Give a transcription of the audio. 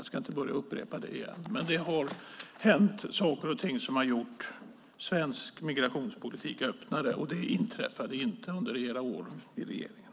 Jag ska inte upprepa det igen, men det har hänt saker och ting som har gjort svensk migrationspolitik öppnare, och det inträffade inte under era år i regeringen.